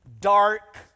dark